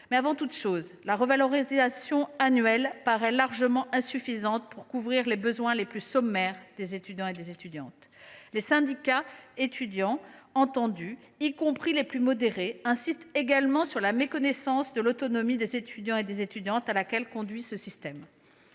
Avant toute chose, la revalorisation annuelle paraît largement insuffisante pour couvrir les besoins les plus sommaires des étudiants. Les syndicats étudiants entendus, y compris les plus modérés, insistent également sur la méconnaissance de l’idée d’autonomie à laquelle conduit ce système.